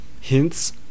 hints